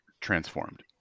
transformed